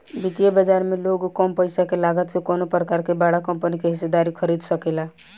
वित्तीय बाजार में लोग कम पईसा के लागत से कवनो प्रकार के बड़ा कंपनी के हिस्सेदारी खरीद सकेला